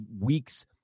weeks